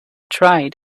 try